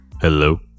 Hello